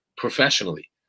professionally